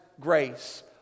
grace